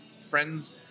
friends